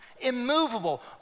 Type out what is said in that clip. immovable